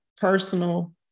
personal